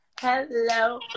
Hello